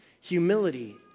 humility